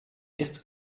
ist